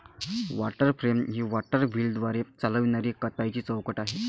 water frame ही water व्हीलद्वारे चालविणारी कताईची चौकट आहे